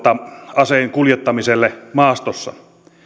aseen kuljettamiselle maastossa